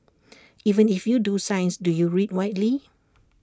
even if you do science do you read widely